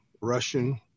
Russian